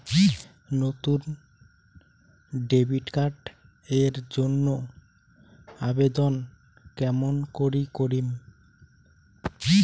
নতুন debit card এর জন্যে আবেদন কেমন করি করিম?